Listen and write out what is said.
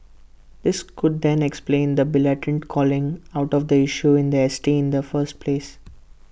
this could then explain the blatant calling out of the issue in S T in the first place